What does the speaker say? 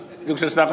jos isä